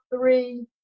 three